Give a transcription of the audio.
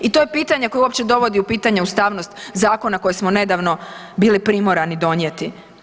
I to je pitanje koje uopće dovodi u pitanje ustavnost Zakona koji smo nedavno bili primorani donijeti.